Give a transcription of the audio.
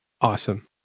Awesome